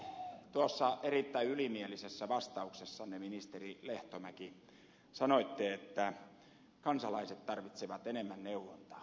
te sanoitte tuossa erittäin ylimielisessä vastauksessanne ministeri lehtomäki että kansalaiset tarvitsevat enemmän neuvontaa